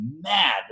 mad